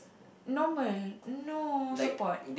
normal no support